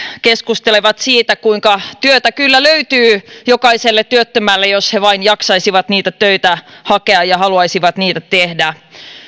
keskustelevat siitä kuinka työtä kyllä löytyy jokaiselle työttömälle jos he vain jaksaisivat niitä töitä hakea ja haluaisivat niitä tehdä